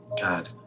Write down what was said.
God